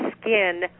skin